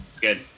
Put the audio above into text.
Good